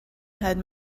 had